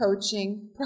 coaching